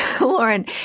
Lauren